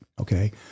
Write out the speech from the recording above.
okay